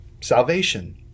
salvation